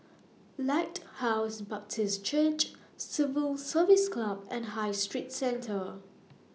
Lighthouse Baptist Church Civil Service Club and High Street Centre